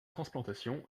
transplantation